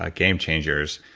ah game changers.